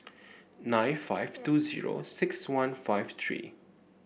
nine five two zero six one five three